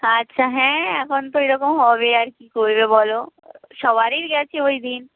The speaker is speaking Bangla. আচ্ছা হ্যাঁ এখন তো ওইরকম হবে আর কী করবে বলো সবারই গেছে ওই দিন